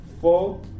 four